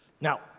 Now